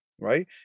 right